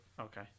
okay